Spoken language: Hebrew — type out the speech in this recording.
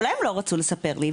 אולי הם לא רצו לספר לי?